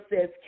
says